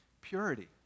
purity